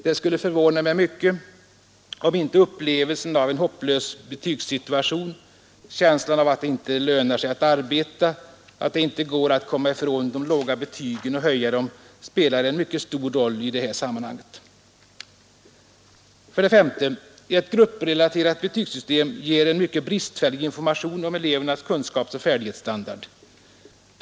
Det skulle förvåna mig mycket, om inte upplevelsen av en hopplös betygssituation, känslan av att det inte lönar sig att arbeta, att det inte går att komma ifrån de låga betygen och höja dem, spelar en mycket stor roll i det sammanhanget. 5. Ett grupprelaterat betygssystem ger en mycket bristfällig information om elevernas kunskapsoch färdighetsstandard.